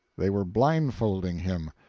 they were blindfolding him!